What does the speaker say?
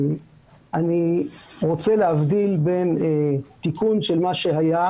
אני רוצה להבדיל בין תיקון של מה שהיה,